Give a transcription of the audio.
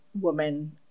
woman